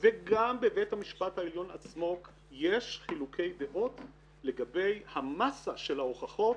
וגם בבית המשפט העליון עצמו יש חילוקי דעות לגבי המסה של ההוכחות